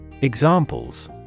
Examples